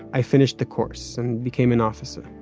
i finished the course and became an officer.